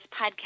podcast